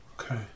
Okay